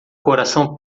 coração